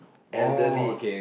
elderly